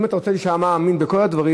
אם אתה רוצה להישמע אמין בכל הדברים,